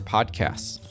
podcasts